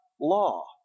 law